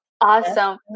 awesome